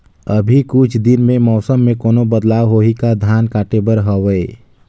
अभी कुछ दिन मे मौसम मे कोनो बदलाव होही का? धान काटे बर हवय?